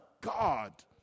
God